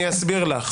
אסביר לך.